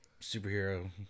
superhero